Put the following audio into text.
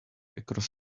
across